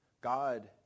God